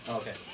okay